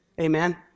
Amen